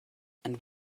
and